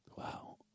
wow